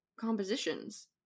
compositions